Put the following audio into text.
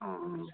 অঁ অঁ